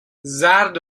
زرد